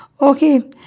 Okay